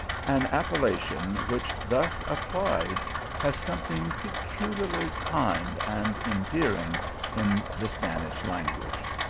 an appellation which thus applied has something peculiarly kind and endearing in the spanish language.